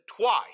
twice